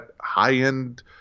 high-end